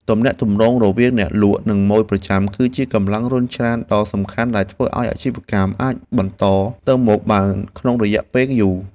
ទំនាក់ទំនងរវាងអ្នកលក់និងម៉ូយប្រចាំ គឺជាកម្លាំងរុញច្រានដ៏សំខាន់ដែលធ្វើឱ្យអាជីវកម្មអាចបន្តទៅមុខបានក្នុងរយៈពេលយូរ។